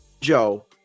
Joe